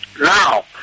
Now